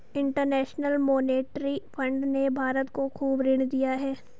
international monetary fund ने भारत को खूब ऋण दिया है